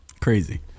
Crazy